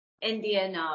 Indian